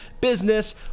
business